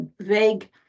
vague